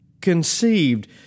conceived